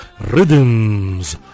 Rhythms